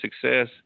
success